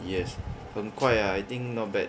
yes 很快 ah I think not bad